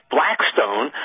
Blackstone